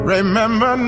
Remember